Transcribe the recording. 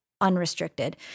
unrestricted